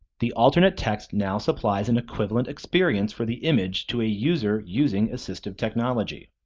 the alternate text now supplies an equivalent experience for the image to a user using assistive technology.